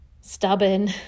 stubborn